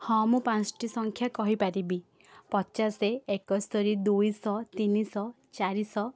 ହଁ ମୁଁ ପାଞ୍ଚଟି ସଂଖ୍ୟା କହିପାରିବି ପଚାଶ ଏକସ୍ତରୀ ଦୁଇଶହ ତିନିଶହ ଚାରିଶହ